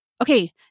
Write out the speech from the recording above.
Okay